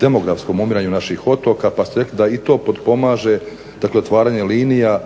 demografskom umiranju naših otoka pa ste rekli da i to potpomaže dakle otvaranje linija,